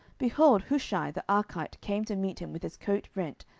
behold, hushai the archite came to meet him with his coat rent,